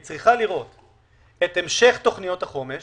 היא צריכה לראות את המשך תוכניות החומש